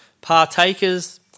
partakers